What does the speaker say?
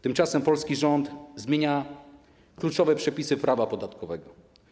Tymczasem polski rząd zmienia kluczowe przepisy prawa podatkowego.